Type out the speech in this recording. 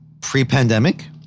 pre-pandemic